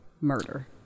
murder